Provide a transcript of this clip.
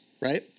right